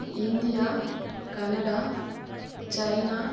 E India Canada China